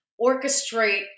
orchestrate